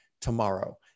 tomorrow